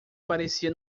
parecia